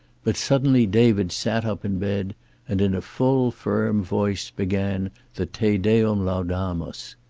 but suddenly david sat up in bed and in a full, firm voice began the te deum laudamus.